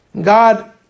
God